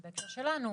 במקרה שלנו,